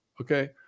okay